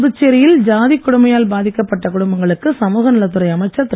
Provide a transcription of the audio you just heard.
புதுச்சேரியில் கொடுமையால் பாதிக்கப்பட்ட குடும்பங்களுக்கு சமூக நலத்துறை அமைச்சர் திரு